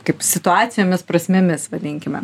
kaip situacijomis prasmėmis vadinkime